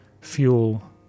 fuel